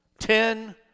Ten